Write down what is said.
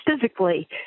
physically